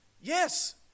Yes